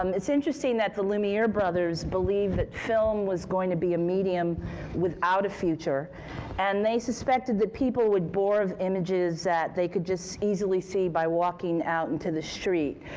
um it's interesting that the lumiere brothers believed that film was going to be a medium without a future and they suspected that people would bore of images that they could just easily see by walking out into the street.